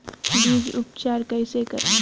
बीज उपचार कईसे करी?